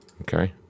Okay